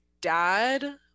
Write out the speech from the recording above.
dad